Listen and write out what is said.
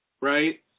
Right